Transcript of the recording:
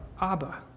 Abba